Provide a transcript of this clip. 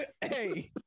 Hey